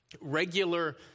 regular